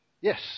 Yes